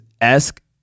esque